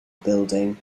building